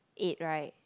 eight right